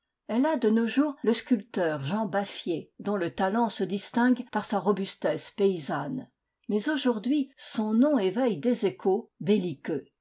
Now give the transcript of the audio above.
elle a de nos jours le sculpteur jean baflfîer dont le talent se distingue par sa robustesse paysanne mais aujourd'hui son nom éveille des échos belliqueux